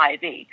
IV